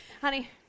honey